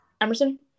Emerson